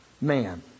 man